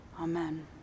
Amen